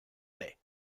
baies